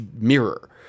mirror